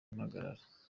impagarara